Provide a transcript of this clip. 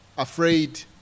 Afraid